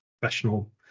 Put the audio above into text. professional